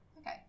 okay